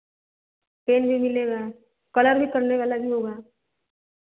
मिलेगा कलर भी करने वाला मिलेगा